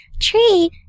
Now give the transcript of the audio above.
tree